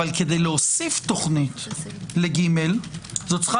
אבל כדי להוסיף תוכנית ל-(ג) זאת צריכה